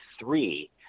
three